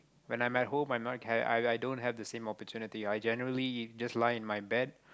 when I'm at home I'm not care I i don't have the same opportunity I generally just lie in my bed